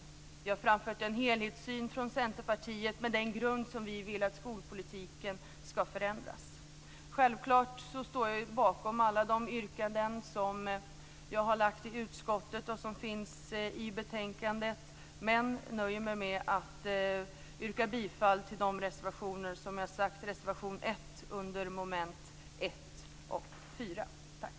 Vi från Centerpartiet har framfört en helhetssyn med grunden för hur vi vill att skolpolitiken skall förändras. Självfallet står jag bakom alla de yrkanden som jag har framställt i utskottet och som finns i betänkandet, men jag nöjer mig med att yrka bifall till den reservation som jag har talat om, nämligen reservation 1 under mom. 1 och 4. Tack!